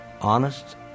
honest